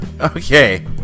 Okay